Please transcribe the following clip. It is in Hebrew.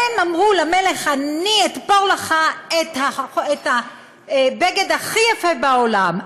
הם אמרו למלך: אני אתפור לך את הבגד הכי יפה בעולם,